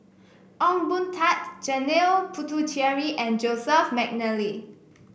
Ong Boon Tat Janil Puthucheary and Joseph McNally